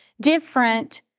different